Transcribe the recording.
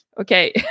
okay